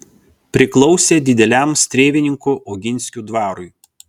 priklausė dideliam strėvininkų oginskių dvarui